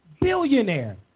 billionaire